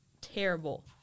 terrible